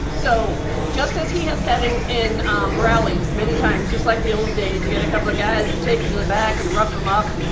so, just as he has said in in rallies many times, just like the old days, you get a couple of guys and take em to the back and rough em up.